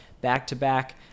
back-to-back